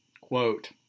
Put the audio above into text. Quote